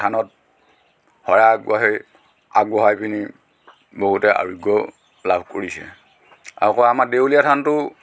থানত শৰাই আগবঢ়ায় আগবঢ়াই পিনি বহুতে আৰোগ্য লাভ কৰিছে আকৌ আমাৰ দেৱলীয়া থানটো